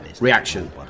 Reaction